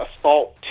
Assault